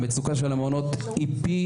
המצוקה של מעונות היום,